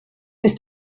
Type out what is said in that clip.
ist